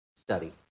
study